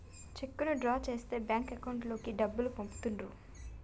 చెక్కును డ్రా చేస్తే bank account లోకి డబ్బులు పంపుతుర్రు